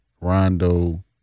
Rondo